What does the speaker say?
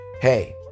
Hey